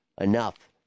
enough